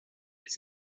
des